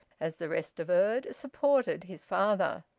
as the rest averred, supported his father.